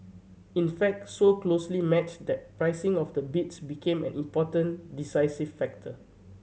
in fact so closely matched that pricing of the bids became an important decisive factor